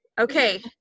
Okay